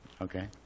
Okay